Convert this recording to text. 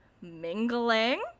mingling